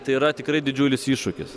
tai yra tikrai didžiulis iššūkis